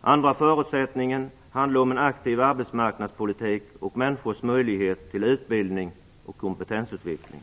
Den andra förutsättningen handlar om en aktiv arbetsmarknadspolitik och människors möjlighet till utbildning och kompetensutveckling.